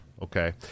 Okay